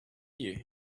you